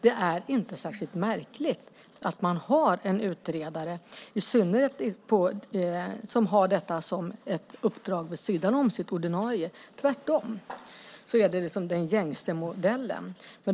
Det är inte särskilt märkligt att man har utredare som har detta som uppdrag vid sidan om sitt ordinarie. Tvärtom är det den gängse modellen.